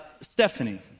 Stephanie